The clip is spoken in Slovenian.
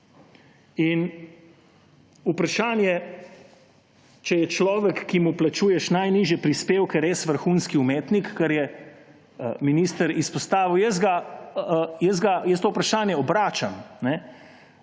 In vprašanje, če je človek, ki mu plačuješ najnižje prispevke, res vrhunski umetnik, kar je minister izpostavil. Jaz to vprašanje obračam,